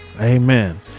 Amen